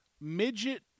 midget